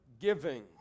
giving